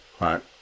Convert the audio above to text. right